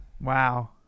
Wow